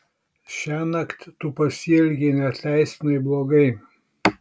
šiąnakt tu pasielgei neatleistinai blogai